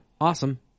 awesome